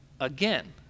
again